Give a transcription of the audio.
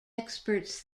experts